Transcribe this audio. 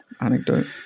anecdote